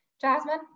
Jasmine